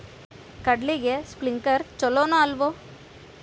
ಕಡ್ಲಿಗೆ ಸ್ಪ್ರಿಂಕ್ಲರ್ ಛಲೋನೋ ಅಲ್ವೋ?